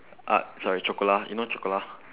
uh sorry chocola you know chocola